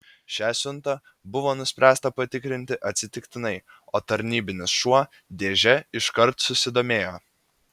šią siuntą buvo nuspręsta patikrinti atsitiktinai o tarnybinis šuo dėže iškart susidomėjo